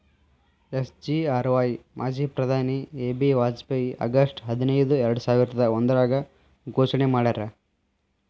SGRY ಮಾಜಿ ಪ್ರಧಾನಿ A B Vajpayee August ಹದಿನೈದು ಎರ್ಡಸಾವಿರದ ಒಂದ್ರಾಗ ಘೋಷಣೆ ಮಾಡ್ಯಾರ